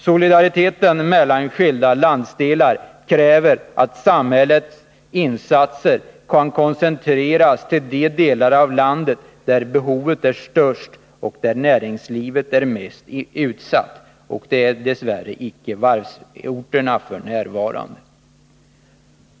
Solidariteten mellan skilda landsdelar kräver att samhällets insatser kan koncentreras till de delar av landet där behovet är störst och där näringslivet är mest utsatt — och det gäller dess värre icke varvsorterna f. n.